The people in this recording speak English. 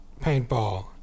paintball